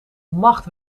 macht